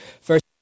first